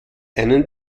einen